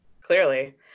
clearly